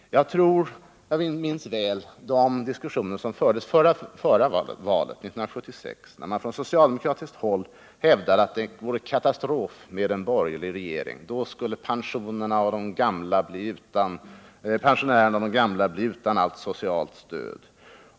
Jag minns mycket väl de diskussioner som fördes före förra valet, 1976, där man från socialdemokratiskt håll hävdade att det vore en katastrof med en borgerlig regering — då skulle pensionärerna och de gamla bli utan allt socialt stöd.